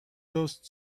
dust